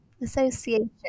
Association